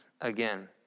again